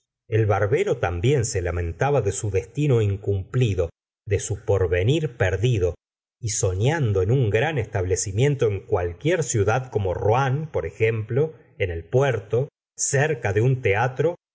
el barbero también se lamentaba de su destino incumplido de su porvenir perdido y soñando en un gran establecimiento en cualquier ciudad como rouen por ejemplo en el puerto cerca de un teatro